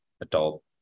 adult